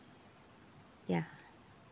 ya